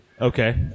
Okay